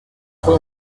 fue